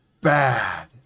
bad